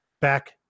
back